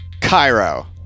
Cairo